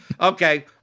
Okay